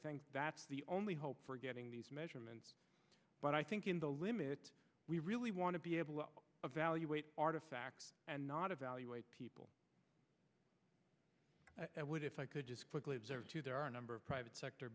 think that's the only hope for getting these measurements but i think in the limit we really want to be able to evaluate artifacts and not evaluate people would if i could just quickly there are a number of private sector